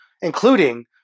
including